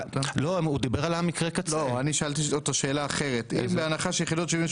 אם בהנחה שיחידות 70,